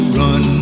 run